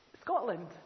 Scotland